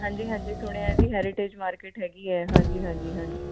ਹਾਂਜੀ ਹਾਂਜੀ ਸੁਣਿਆ ਜੀ ਹੈਰੀਟੇਜ ਮਾਰਕੀਟ ਹੈਗੀ ਹੈ ਹਾਂਜੀ ਹਾਂਜੀ ਹਾਂਜੀ